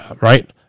right